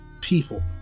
people